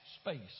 space